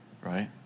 right